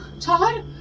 Todd